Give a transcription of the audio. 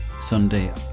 Sunday